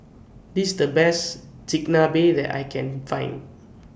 This's The Best Chigenabe that I Can Find